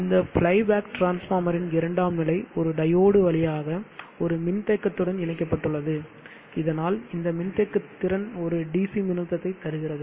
இந்த fly back டிரான்ஸ்பார்மரின் இரண்டாம் நிலை ஒரு டையோடு வழியாக ஒரு மின்தேக்கத்துடன் இணைக்கப்பட்டுள்ளது இதனால் இந்த மின்தேக்கு திறன் ஒரு டிசி மின்னழுத்தத்தை தருகிறது